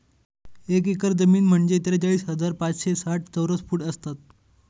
एक एकर जमीन म्हणजे त्रेचाळीस हजार पाचशे साठ चौरस फूट असतात